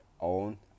own